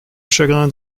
chagrin